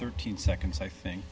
thirteen seconds i think